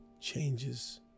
changes